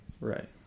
Right